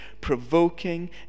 provoking